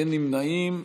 אין נמנעים.